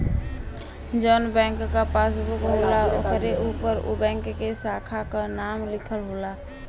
जौन बैंक क पासबुक होला ओकरे उपर उ बैंक के साखा क नाम लिखल होला